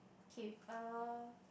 okay err